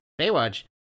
Baywatch